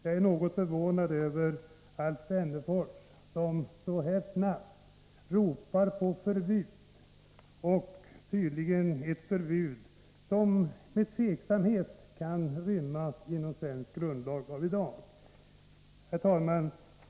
Jag är något förvånad över att Alf Wennerfors så här snabbt ropar på förbud — och tydligen ett förbud som med tveksamhet kan rymmas inom svensk grundlag av i dag. Herr talman!